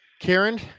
Karen